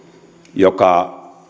joka